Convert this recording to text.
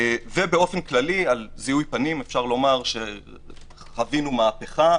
באופן כללי על זיהוי פנים ניתן לומר שחווינו מהפכה.